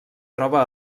troba